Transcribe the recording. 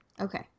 Okay